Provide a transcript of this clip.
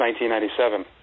1997